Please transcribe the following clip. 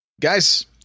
guys